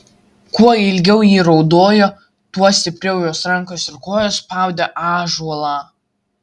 kuo ilgiau ji raudojo tuo stipriau jos rankos ir kojos spaudė ąžuolą